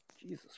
Jesus